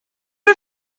are